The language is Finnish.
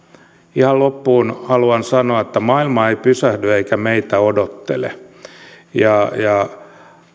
ihan loppuun haluan sanoa että maailma ei pysähdy eikä meitä odottele